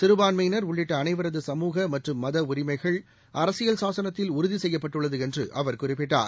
சிறுபான்மையினர்உள்ளிட்டஅனைவரதுசமூகமற்றும்மதஉரிமைகள்அரசியல்சாச னத்தில்உறுதிசெய்யப்பட்டுள்ளதுஎன்றுஅவர்குறிப்பிட்டார்